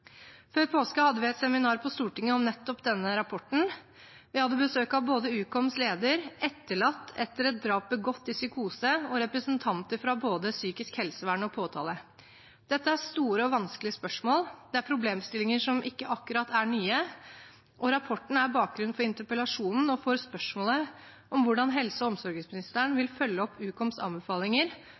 Før påske hadde vi et seminar på Stortinget om nettopp denne rapporten. Vi hadde besøk av både Ukoms leder, en etterlatt etter et drap begått i psykose og representanter fra både psykisk helsevern og påtalemyndigheter. Dette er store og vanskelige spørsmål, det er problemstillinger som ikke akkurat er nye, og rapporten er bakgrunnen for interpellasjonen og for spørsmålet om hvordan helse- og omsorgsministeren vil følge opp